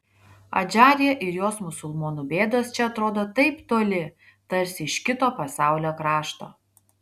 adžarija ir jos musulmonų bėdos čia atrodo taip toli tarsi iš kito pasaulio krašto